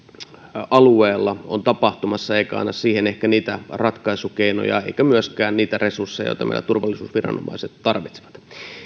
alueella on tapahtumassa eikä anna siihen ehkä niitä ratkaisukeinoja eikä myöskään niitä resursseja joita meidän turvallisuusviranomaiset tarvitsevat